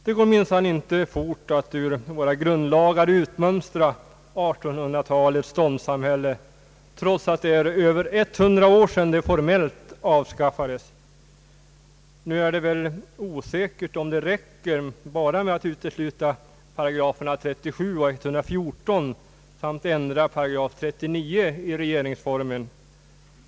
Det går minsann inte fort att ur våra grundlagar utmönstra 1800-talets ståndssamhälle trots att det är över 100 år sedan det formellt avskaffades. Nu är det väl osäkert om det räcker bara med att utesluta 37 § och 114 § samt ändra 39 § i regeringsformen.